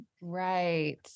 Right